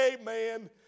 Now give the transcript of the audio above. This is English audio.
Amen